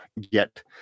get